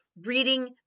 reading